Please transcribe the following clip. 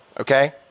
okay